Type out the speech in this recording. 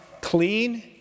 clean